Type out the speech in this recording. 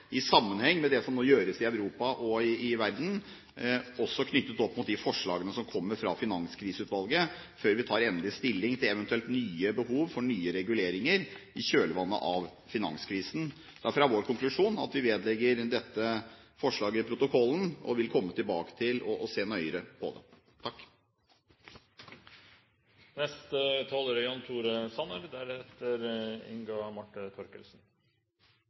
i sammenheng med det som nå gjøres i Europa og i verden, også knyttet til de forslagene som kommer fra Finanskriseutvalget, før vi tar endelig stilling til eventuelt nye behov for nye reguleringer i kjølvannet av finanskrisen. Derfor er vår konklusjon at vi vedlegger dette forslaget protokollen, og vil komme tilbake til det og se nøyere på det. Finanskrisen viste hvor sårbare vi er